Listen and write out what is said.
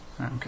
Okay